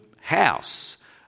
house